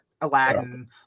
aladdin